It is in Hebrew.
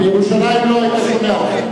בירושלים לא היית שומע.